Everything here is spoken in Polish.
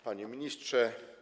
Panie Ministrze!